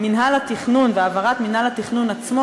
מינהל התכנון והעברת מינהל התכנון עצמו,